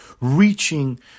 reaching